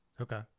Okay